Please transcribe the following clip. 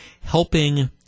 helping